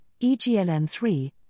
EGLN3